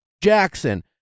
Jackson